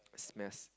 smells